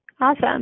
Awesome